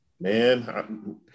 Man